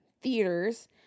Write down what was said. theaters